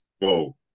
Whoa